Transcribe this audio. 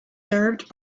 served